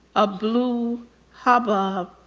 a blue hubbub.